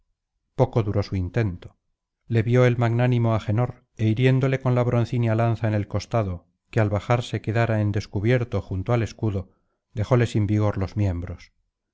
poco duró su intento le vio el magnánimo agenor é hiriéndole con la broncínea lanza en el costado que al bajarse quedara en descubierto junto al escudo dejóle sin vigor los miembros